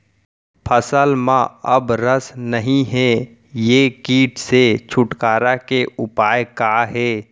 फसल में अब रस नही हे ये किट से छुटकारा के उपाय का हे?